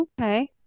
okay